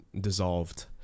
dissolved